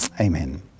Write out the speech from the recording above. Amen